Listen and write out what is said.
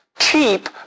Cheap